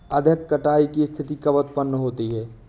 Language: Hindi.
अधिक कटाई की स्थिति कब उतपन्न होती है?